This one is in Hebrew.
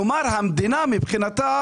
כלומר, המדינה מבחינתה